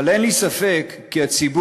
אבל אין לי ספק כי הציבור